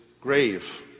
grave